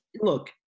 look